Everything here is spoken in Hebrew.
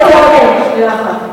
חברת הכנסת זועבי, שנייה אחת.